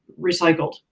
recycled